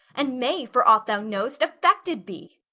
and may, for aught thou knowest, affected be.